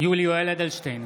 יולי יואל אדלשטיין,